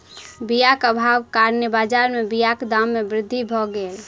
बीयाक अभावक कारणेँ बजार में बीयाक दाम में वृद्धि भअ गेल